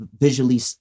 visually